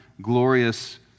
glorious